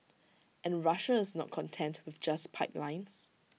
and Russia is not content with just pipelines